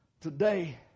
today